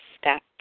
step